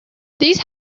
these